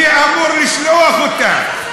מי אמור לשלוח אותם?